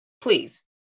Please